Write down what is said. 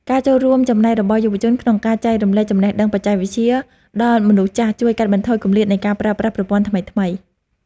ការចូលរួមចំណែករបស់យុវជនក្នុងការចែករំលែកចំណេះដឹងបច្ចេកវិទ្យាដល់មនុស្សចាស់ជួយកាត់បន្ថយគម្លាតនៃការប្រើប្រាស់ប្រព័ន្ធថ្មីៗ។